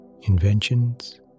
inventions